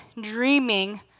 dreaming